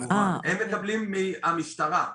הם מקבלים מהמשטרה.